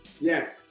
yes